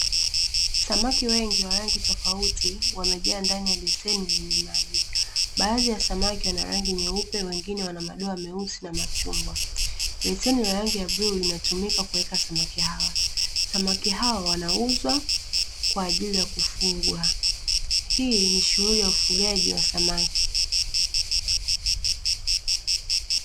Samaki wengi wa rangi tofauti wamejaa ndani ya beseni lenye maji. Baadhi ya samaki wana rangi nyeupe na wengine wana madao meusi na machungwa. Beseni lina rangi ya bluu, linatumika kuweka samaki hawa. Samaki hawa wanauzwa kwa ajili ya kufugwa. Hii ni shughuli ya ufugaji wa samaki.